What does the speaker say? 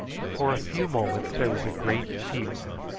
for a few moments there was a great fume,